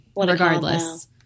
Regardless